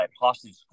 hostage